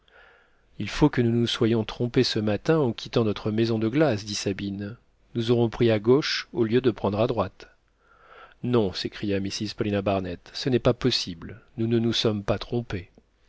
il faut que nous nous soyons trompés ce matin en quittant notre maison de glace dit sabine nous aurons pris à gauche au lieu de prendre à droite non s'écria mrs paulina barnett ce n'est pas possible nous ne nous sommes pas trompés